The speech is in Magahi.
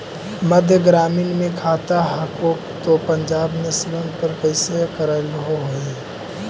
मध्य ग्रामीण मे खाता हको तौ पंजाब नेशनल पर कैसे करैलहो हे?